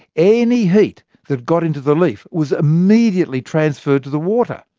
any heat that got into the leaf was immediately transferred to the water.